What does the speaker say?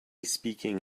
speaking